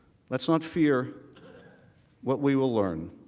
let's not fear what we will learn